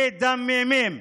מדממים.